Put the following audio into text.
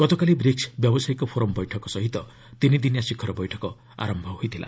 ଗତକାଲି ବ୍ରିକ୍ସ ବ୍ୟାବସାୟିକ ଫୋରମ୍ ବୈଠକ ସହିତ ତିନିଦିନିଆ ଶିଖର ବୈଠକ ଆରମ୍ଭ ହୋଇଛି